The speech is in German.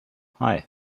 hei